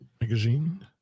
Magazine